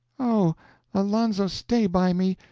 oh alonzo, stay by me!